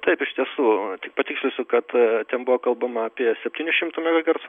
taip iš tiesų tik patikslinsiu kad ten buvo kalbama apie septynių šimtų megahercų